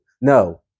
no